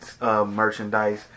merchandise